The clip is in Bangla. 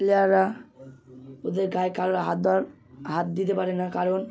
প্লেয়াররা ওদের গায়ে কারোর হাত দেওয়ার হাত দিতে পারে না কারণ